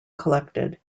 collected